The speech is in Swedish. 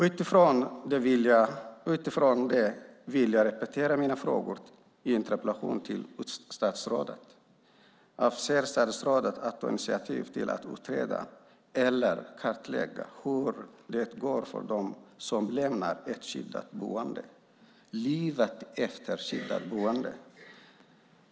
Utifrån detta vill jag repetera mina frågor i min interpellation till statsrådet: Avser statsrådet att ta initiativ till att utreda eller kartlägga hur det går för dem som lämnar ett skyddat boende, livet efter skyddat boende?